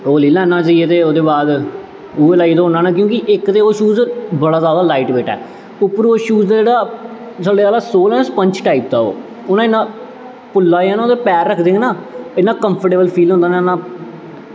ओह् लेई लैन्ना जाइयै ते ओह्दे बाद ओह् लाइयै दौड़ लाना क्योंकि इक ते ओह् शूज़ बड़ा जैदा लाईट बेट ऐ उप्परों जेह्ड़ा थ'ल्ले आह्ला सोल ऐ ना सपंज टाईप दा ऐ ओह् ते लाई ना पैर रखदे ओ ना इन्ना कंफ्टेवल फील होंदा ना